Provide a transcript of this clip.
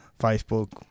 Facebook